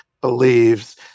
believes